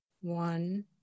one